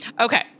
okay